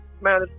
man